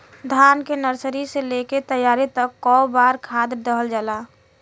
धान के नर्सरी से लेके तैयारी तक कौ बार खाद दहल जाला?